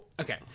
okay